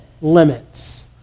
limits